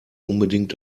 unbedingt